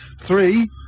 Three